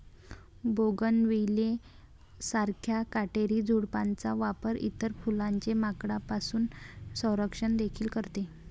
bougainvillea सारख्या काटेरी झुडपांचा वापर इतर फुलांचे माकडांपासून संरक्षण देखील करते